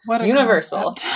universal